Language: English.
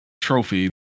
trophy